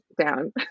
down